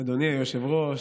אדוני היושב-ראש,